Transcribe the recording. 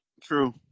True